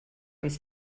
ins